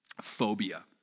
phobia